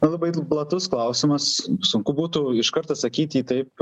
labai platus klausimas sunku būtų iš karto atsakyt jį taip